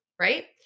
Right